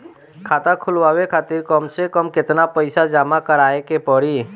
खाता खुलवाये खातिर कम से कम केतना पईसा जमा काराये के पड़ी?